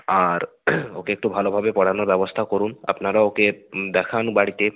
আর ওকে একটু ভালোভাবে পড়ানোর ব্যবস্থা করুন আপনারা ওকে দেখান বাড়িতে